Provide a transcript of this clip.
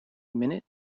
minute